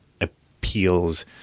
appeals